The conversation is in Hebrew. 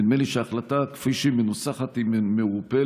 נדמה לי שההחלטה כפי שהיא מנוסחת היא מעורפלת,